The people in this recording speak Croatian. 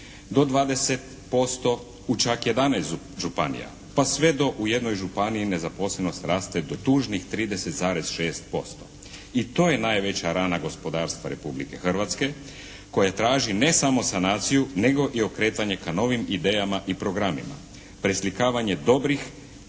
do 20% u čak 11 županija, pa sve do u jednoj županiji nezaposlenost raste do tužnih 30,6% i to je najveća rana gospodarstva Republike Hrvatske koja traži ne samo sanaciju, nego i okretanje ka novim idejama i programima, preslikavanje dobrih